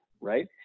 right